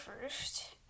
first